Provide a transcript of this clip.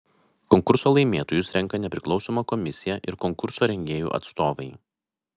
konkurso laimėtojus renka nepriklausoma komisija ir konkurso rengėjų atstovai